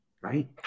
right